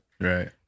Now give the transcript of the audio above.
right